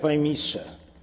Panie Ministrze!